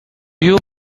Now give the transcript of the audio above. you